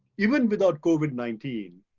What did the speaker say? even without covid nineteen,